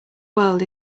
world